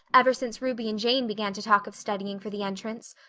ever since ruby and jane began to talk of studying for the entrance.